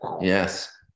Yes